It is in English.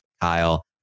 Kyle